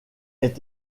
est